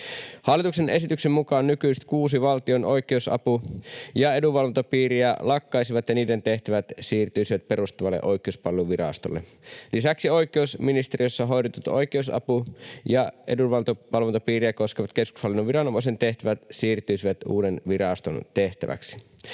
Hallituksen esityksen mukaan nykyiset kuusi valtion oikeusapu- ja edunvalvontapiiriä lakkaisivat ja niiden tehtävät siirtyisivät perustettavalle Oikeuspalveluvirastolle. Lisäksi oikeusministeriössä hoidetut oikeusapu- ja edunvalvontapiirejä koskevat keskushallinnon viranomaisen tehtävät siirtyisivät uuden viraston tehtäväksi.